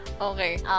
Okay